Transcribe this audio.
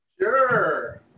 Sure